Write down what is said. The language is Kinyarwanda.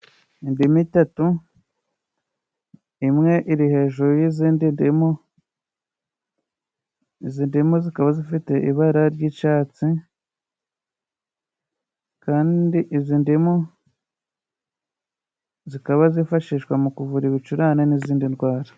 Indimu itatu, imwe iri hejuru y'izindi ndimu, izi ndimu zikaba zifite ibara ry'icatsi ,kandi izi ndimu zikaba zifashishwa mu kuvura ibicurane'izindi ndwara.